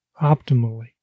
optimally